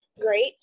Great